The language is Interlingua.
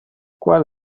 qual